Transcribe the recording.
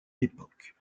époque